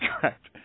correct